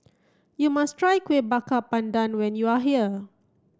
you must try Kuih Bakar Pandan when you are here